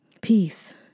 peace